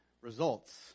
results